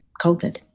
COVID